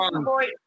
Boy